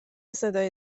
صدای